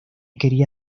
quería